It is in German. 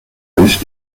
ist